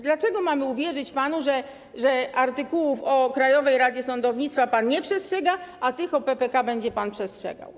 Dlaczego mamy panu uwierzyć, że artykułów o Krajowej Radzie Sądownictwa pan nie przestrzega, a tych o PPK będzie pan przestrzegał?